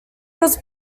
was